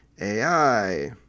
AI